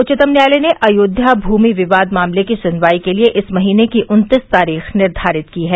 उच्चतम न्यायालय ने अयोध्या भूमि विवाद मामले की सुनवाई के लिए इस महीने की उन्तीस तारीख निर्धारित की है